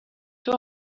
two